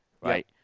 right